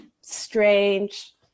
strange